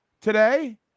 today